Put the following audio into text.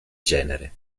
genere